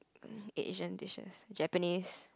Asian dishes Japanese